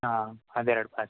ಹಾಂ ಅದು ಎರಡು ಪಾರ್ಸಲ್